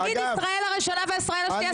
להגיד ישראל הראשונה וישראל השנייה,